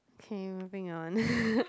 okay moving on